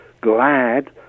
glad